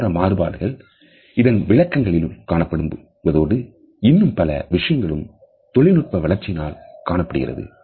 கலாச்சார மாறுபாடுகள் இதன் விளக்கங்களில் காணப்படுவதோடு இன்னும் பல விஷயங்களும் தொழில்நுட்ப வளர்ச்சியினால் காணப்படுகின்றது